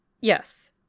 Yes